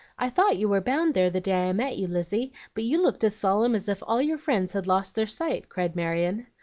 i thought you were bound there the day i met you, lizzie but you looked as solemn as if all your friends had lost their sight, cried marion.